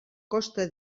costa